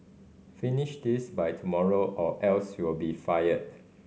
finish this by tomorrow or else you'll be fired